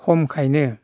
खमखायनो